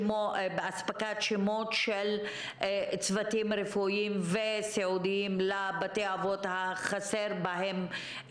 באספקת שמות של צוותים רפואיים וסיעודיים לבתי האבות שחסרים בהם צוותים.